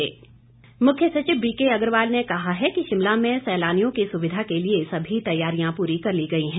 पर्यटन मुख्य सचिव बीके अग्रवाल ने कहा है कि शिमला में सैलानियों की सुविधा के लिए सभी तैयारियां पूरी कर ली गई हैं